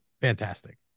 Fantastic